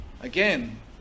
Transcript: again